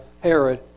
Herod